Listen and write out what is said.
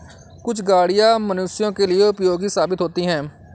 कुछ गाड़ियां मनुष्यों के लिए उपयोगी साबित होती हैं